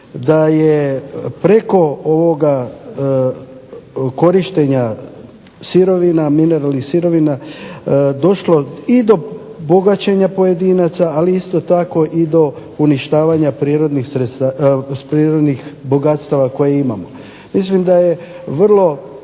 da je preko ovoga korištenja sirovina, mineralnih sirovina došlo i do bogaćenja pojedinaca, ali isto tako i do uništavanja prirodnih bogatstava koje imamo. Mislim da je vrlo